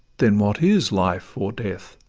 then what is life or death?